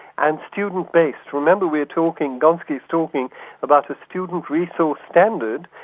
and student based, remember we are talking, gonski's talking about a student resource standard,